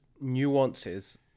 nuances